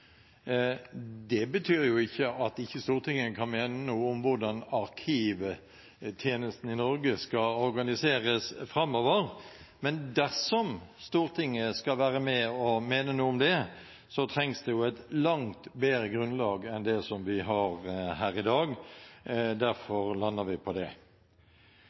Det betyr ikke at Stortinget ikke kan mene noe om hvordan arkivtjenesten i Norge skal organiseres framover, men dersom Stortinget skal være med og mene noe om det, trengs det et langt bedre grunnlag enn det vi har her i dag. Derfor landet vi på det.